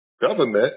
government